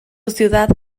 ciudad